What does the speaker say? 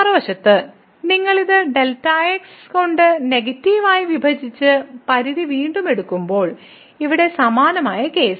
മറുവശത്ത് നിങ്ങൾ ഇത് Δx കൊണ്ട് നെഗറ്റീവ് ആയി വിഭജിച്ച് പരിധി വീണ്ടും എടുക്കുമ്പോൾ ഇവിടെ സമാനമായ കേസ്